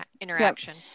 interaction